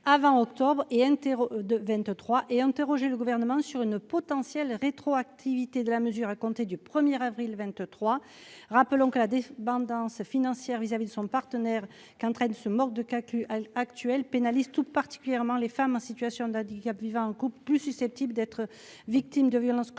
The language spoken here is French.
vingt-trois et interroger le gouvernement sur une potentielle rétroactivité de la mesure, à compter du premier avril 23, rappelons que la bande danse financière vis-à-vis de son partenaire qui entraîne se de Quaku à l'actuel pénalise tout particulièrement les femmes en situation de handicap, vivant en couple plus susceptibles d'être victimes de violences conjugales,